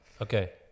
Okay